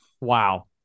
Wow